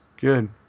good